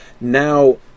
Now